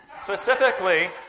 Specifically